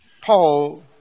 Paul